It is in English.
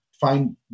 find